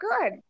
good